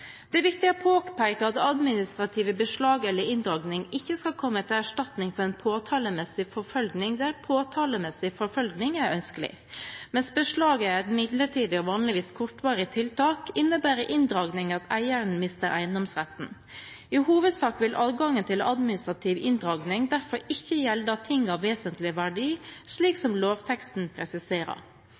Det er viktig å påpeke at administrative beslag eller inndragning ikke skal komme til erstatning for en påtalemessig forfølgning der påtalemessig forfølgning er ønskelig. Mens beslag er et midlertidig og vanligvis kortvarig tiltak, innebærer inndragning at eieren mister eiendomsretten. I hovedsak vil adgangen til administrativ inndragning derfor ikke gjelde ting av vesentlig verdi, slik som lovteksten presiserer.